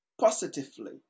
positively